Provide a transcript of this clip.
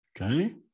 Okay